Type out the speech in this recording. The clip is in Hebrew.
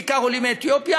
בעיקר עולים מאתיופיה,